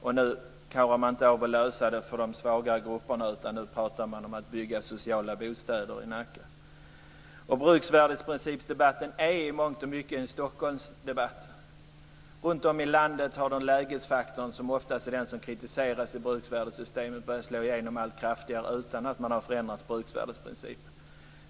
Nu klarar man inte att lösa detta för de svaga grupperna, utan nu pratar man om att bygga sociala bostäder i Nacka. Bruksvärdesprincipsdebatten är i mångt och mycket en Stockholmsdebatt. Runtom i landet har lägesfaktorn, som oftast är den som kritiseras i bruksvärdessystemet, börjat slå igenom allt kraftigare, utan att man har förändrat bruksvärdets princip.